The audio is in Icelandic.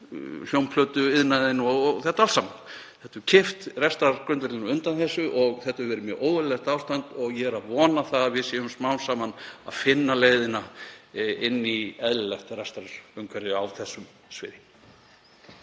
hljómplötuiðnaðinn og þetta allt saman. Þetta hefur kippt rekstrargrundvelli undan þessu og hefur verið mjög óeðlilegt ástand og ég vona að við séum smám saman að finna leiðina inn í eðlilegt rekstrarumhverfi á þessu sviði.